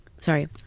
Sorry